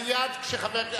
מייד כשחבר הכנסת,